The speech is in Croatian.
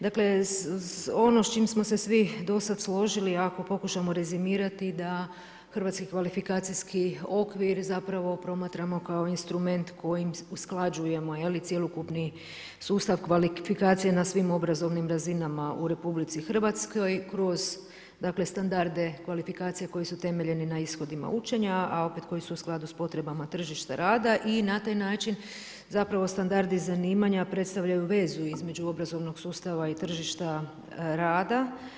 Dakle, ono s čim smo se svi do sada složili ako pokušamo rezimirati da hrvatski kvalifikacijski okvir zapravo promatramo kao instrument kojim usklađujemo cjelokupni sustav kvalifikacije na svim obrazovanim razinama u Republici Hrvatskoj kroz standarde kvalifikacije koji su temeljeni na ishodima učenja, a opet koji su u skladu s potrebama tržišta rada i na taj način zapravo standardi zanimanja predstavljaju vezu između obrazovnog sustava i tržišta rada.